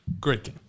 Great